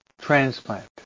transplant